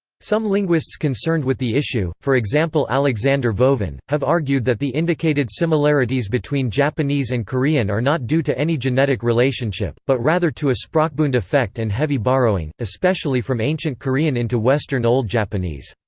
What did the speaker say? some linguists concerned with the issue, for example alexander vovin, have argued that the indicated similarities between japanese and korean are not due to any genetic relationship, but rather to a sprachbund effect and heavy borrowing, especially from ancient korean into western old japanese.